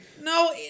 No